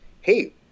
hey